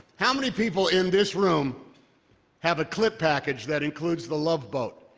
how many people in this room have a clip package that includes the love boat?